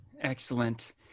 Excellent